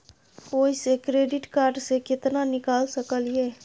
ओयसे credit card से केतना निकाल सकलियै?